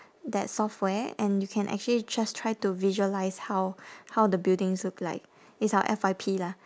that software and you can actually just try to visualise how how the buildings look like it's our F_Y_P lah